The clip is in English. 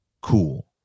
Cool